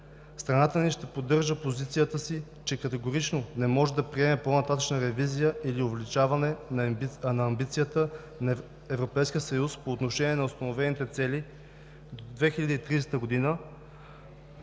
Страната ни ще поддържа позицията си, че категорично не може да приеме по-нататъшна ревизия или увеличаване на амбицията на Европейския съюз по отношение на установените цели до 2030 г.